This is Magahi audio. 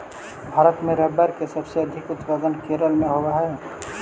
भारत में रबर के सबसे अधिक उत्पादन केरल में होवऽ हइ